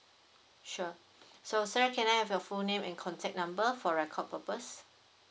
sure so sir can I have your full name and contact number for record purpose